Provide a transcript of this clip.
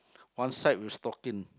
one side with stocking